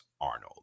Arnold